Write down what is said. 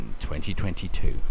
2022